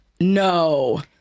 No